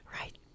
Right